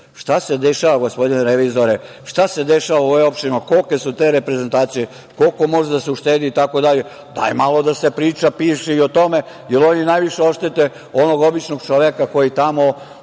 se dešava, gospodine revizore, šta se dešava u ovim opštinama? Kolike su te reprezentacije? Koliko može da se uštedi itd, daj malo da se priča, piše i o tome, jer oni najviše oštete onog običnog čoveka koji tamo